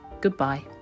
Goodbye